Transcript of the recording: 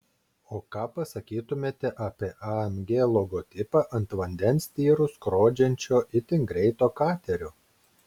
o ką pasakytumėte apie amg logotipą ant vandens tyrus skrodžiančio itin greito katerio